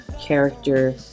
character